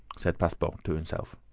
said passepartout to himself.